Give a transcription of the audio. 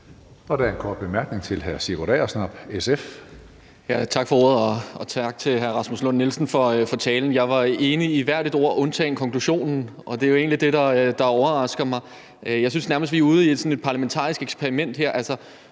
Agersnap, SF. Kl. 14:44 Sigurd Agersnap (SF): Tak for ordet, og tak til hr. Rasmus Lund-Nielsen for talen. Jeg var enig i hvert et ord undtagen konklusionen, og det er jo egentlig det, der overrasker mig. Jeg synes nærmest, vi her er ude i sådan et parlamentarisk eksperiment, med